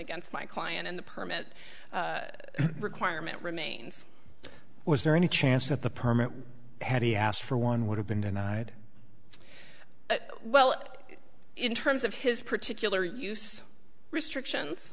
against my client and the permit requirement remains was there any chance that the permit had he asked for one would have been denied well in terms of his particular use restrictions